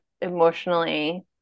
emotionally